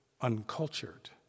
uncultured